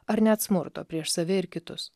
ar net smurto prieš save ir kitus